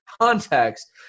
context